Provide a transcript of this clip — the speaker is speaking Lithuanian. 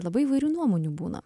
labai įvairių nuomonių būna